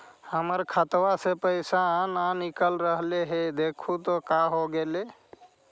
हमर खतवा से पैसा न निकल रहले हे देखु तो का होगेले?